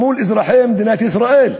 מול אזרחי מדינת ישראל.